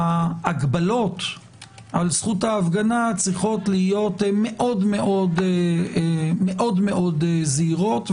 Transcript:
ההגבלות על זכות ההפגנה צריכות להיות מאוד מאוד זהירות ,